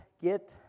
get